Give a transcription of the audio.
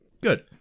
Good